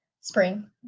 spring